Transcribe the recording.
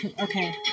okay